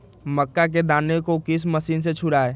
मक्का के दानो को किस मशीन से छुड़ाए?